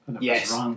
yes